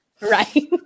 Right